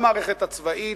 למערכת הצבאית,